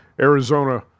Arizona